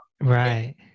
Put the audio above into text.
Right